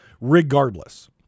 regardless